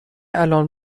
الان